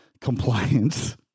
compliance